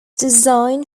design